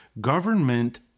government